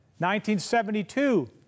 1972